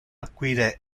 acquire